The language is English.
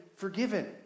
forgiven